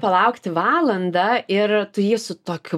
palaukti valandą ir tu jį su tokiu